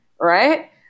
right